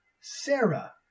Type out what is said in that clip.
Sarah